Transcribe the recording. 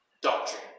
doctrine